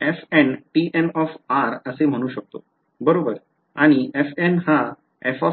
तर मी त्यास fntn असे म्हणू शकतो बरोबर आणि fn हा f